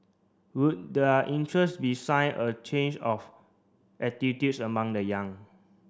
would their interest be sign of change of attitudes among the young